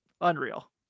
Unreal